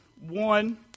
One